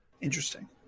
Interesting